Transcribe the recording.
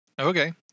Okay